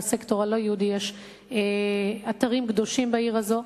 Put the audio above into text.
גם לסקטור הלא-יהודי יש אתרים קדושים בעיר הזאת,